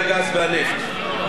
אני לא זוכר שהצבעת נגד.